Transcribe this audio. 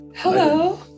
Hello